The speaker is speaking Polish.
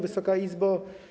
Wysoka Izbo!